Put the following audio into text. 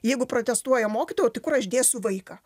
jeigu protestuoja mokytojai o tai kur aš dėsiu vaiką